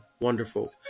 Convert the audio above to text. wonderful